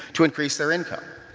to increase their income?